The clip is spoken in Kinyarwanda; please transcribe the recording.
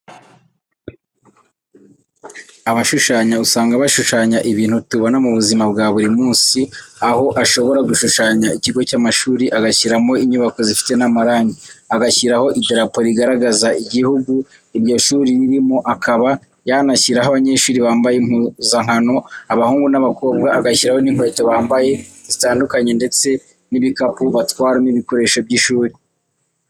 Abashushanya usanga bashushanya ibintu tubona mu buzima bwa buri munsi, aho ashobora gushushanya ikigo cy'amashuri agashyiramo inyubako zifite n'amarangi, agashyiraho idarapo rigaragaza igihugu iryo shuri ririmo, akaba yanashyiraho abanyeshuri bambaye impuzankano, abahungu n'abakobwa, agashyiraho n'inkweto bambaye zitandukanye, ndetse n'ibikapu batwaramo ibikoresho by'ishuri.